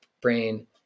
brain